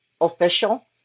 official